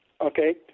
Okay